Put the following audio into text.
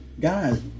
Guys